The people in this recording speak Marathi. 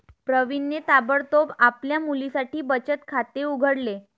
प्रवीणने ताबडतोब आपल्या मुलीसाठी बचत खाते उघडले